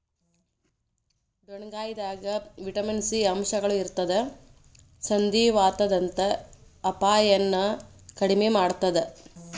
ಡೊಣ್ಣಗಾಯಿದಾಗ vitamin C ಅಂಶಗಳು ಇರತ್ತದ ಸಂಧಿವಾತದಂತ ಅಪಾಯನು ಕಡಿಮಿ ಮಾಡತ್ತದ